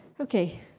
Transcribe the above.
Okay